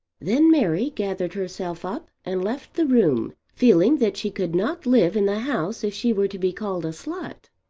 then mary gathered herself up and left the room, feeling that she could not live in the house if she were to be called a slut.